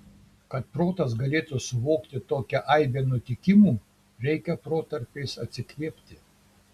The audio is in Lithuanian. kad protas galėtų suvokti tokią aibę nutikimų reikia protarpiais atsikvėpti